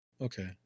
Okay